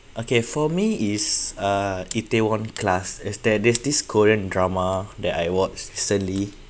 okay for me is a itaewon class is there there's this korean drama that I watch recently